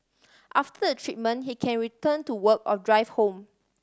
after the treatment he can return to work or drive home